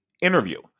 interview